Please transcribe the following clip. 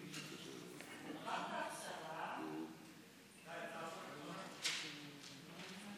שישה בעד, אחד נגד, אין נמנעים.